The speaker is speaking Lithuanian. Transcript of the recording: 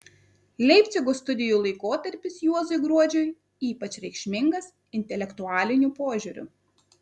leipcigo studijų laikotarpis juozui gruodžiui ypač reikšmingas intelektualiniu požiūriu